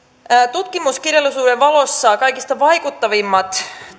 tutkimuskirjallisuuden valossa kaikista vaikuttavimpia